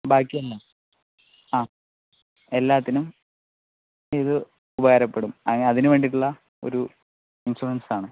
ബാക്കി ആ എല്ലാം ആ എല്ലാത്തിനും ഇത് ഉപകാരപ്പെടും അതിന് വേണ്ടിട്ടുള്ള ഒരു ഇൻഷുറൻസ് ആണ്